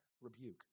rebuke